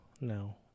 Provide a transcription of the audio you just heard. no